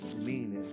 meaning